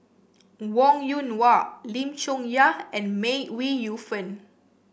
Wong Yoon Wah Lim Chong Yah and May Ooi Yu Fen